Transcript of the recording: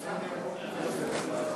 הסרת הרב הצבאי הראשי וסגנו מהאספה הבוחרת),